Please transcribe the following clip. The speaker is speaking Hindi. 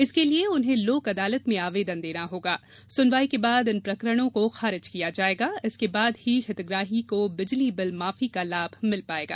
इसके लिए उन्हें लोक अदालत में आवेदन देना होगा सुनवाई के बाद इन प्रकरणों को खारिज किया जाएगा इसके बाद ही हितग्राही को बिजली बिल माफी को लाभ मिल पाएगा